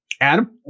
Adam